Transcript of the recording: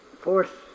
Fourth